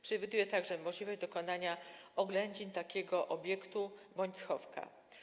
Przewiduje także możliwość dokonania oględzin takiego obiektu bądź schowka.